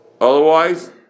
Otherwise